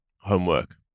homework